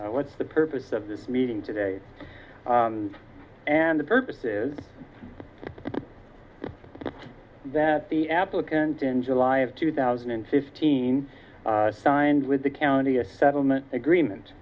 what's the purpose of this meeting today and the purpose is that the applicant in july of two thousand and fifteen signed with the county a settlement agreement